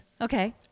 Okay